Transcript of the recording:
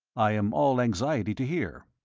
i am all anxiety to hear.